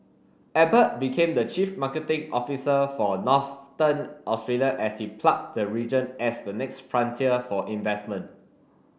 Abbott became the chief marketing officer for Northern Australia as he plugged the region as the next frontier for investment